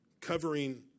covering